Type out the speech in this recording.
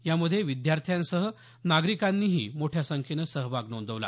यामध्ये विद्यार्थ्यांसह नागरिकांनीही मोठ्या संख्येनं सहभाग नोंदवला